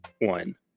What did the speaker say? one